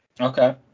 okay